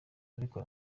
ariko